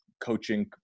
coaching